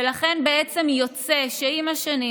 ולכן יוצא שעם השנים,